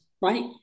right